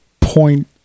point